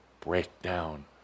breakdown